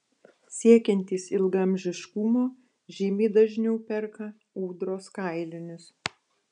siekiantys ilgaamžiškumo žymiai dažniau perka ūdros kailinius